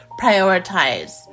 prioritize